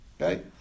okay